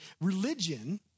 religion